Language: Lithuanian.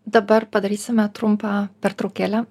dabar padarysime trumpą pertraukėlę